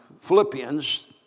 Philippians